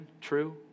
true